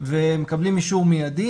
ומקבלים אישור מיידי.